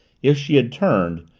if she had turned,